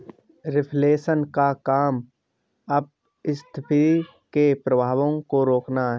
reflation का काम अपस्फीति के प्रभावों को रोकना है